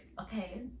okay